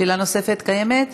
שאלה נוספת קיימת?